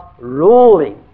ruling